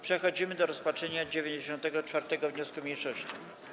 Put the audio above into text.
Przechodzimy do rozpatrzenia 94. wniosku mniejszości.